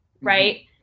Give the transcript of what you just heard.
right